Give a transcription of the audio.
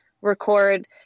record